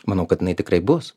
manau kad jinai tikrai bus